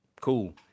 Cool